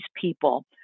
people